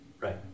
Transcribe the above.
Right